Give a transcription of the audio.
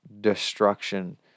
destruction